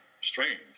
strange